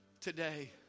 Today